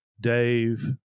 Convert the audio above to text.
Dave